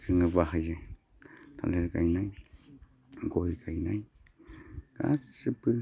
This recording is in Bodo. जोङो बाहायो थालिर गायनाय गय गायनाय गासिबो